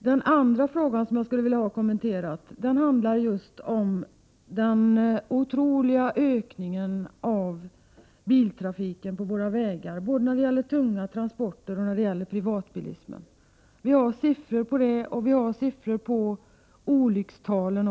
Den andra fråga som jag skulle vilja ha kommenterad gäller den otroliga ökningen av biltrafiken på våra vägar, både av tunga transporter och av privatbilismen. Vi har siffror på det, och vi har även tillgång till olyckstalen.